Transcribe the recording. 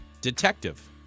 Detective